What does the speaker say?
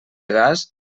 gas